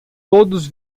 todos